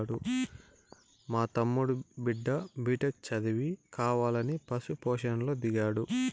మా తమ్ముడి బిడ్డ బిటెక్ చదివి కావాలని పశు పోషణలో దిగాడు